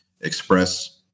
express